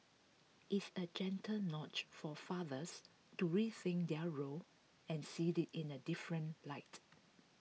it's A gentle nudge for fathers to rethink their role and see they in A different light